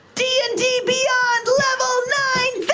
d and d beyond level nine